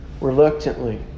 reluctantly